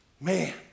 Man